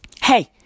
hey